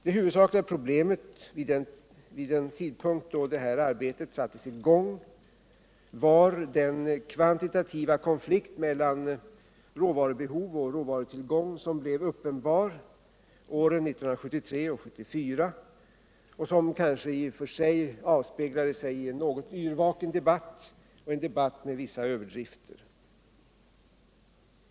Det huvudsakliga problemet vid den tidpunkt då detta arbete sattes i gång var den kvantitativa konflikt mellan råvarubehov och råvarutillgång som blev uppenbar åren 1973 och 1974 och som avspeglade sig i en något yrvaken debatt med vissa överdrifter.